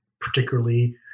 particularly